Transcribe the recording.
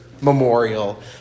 memorial